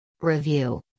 Review